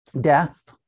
death